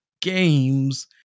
games